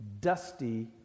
dusty